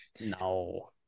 No